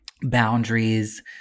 boundaries